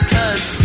Cause